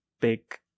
big